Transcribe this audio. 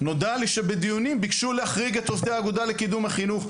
נודע לי שבדיונים ביקשו להחריג את עובדי האגודה לקידום החינוך.